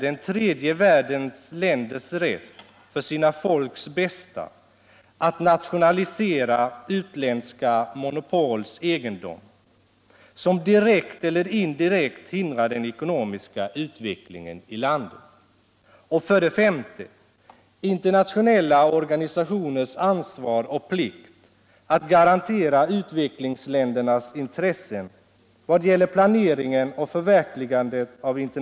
Den tredje världens länders rätt, för sina folks bästa, att nationalisera utländska monopols egendom, som direkt eller indirekt hindrar den ekonomiska utvecklingen i landet.